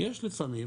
יש לפעמים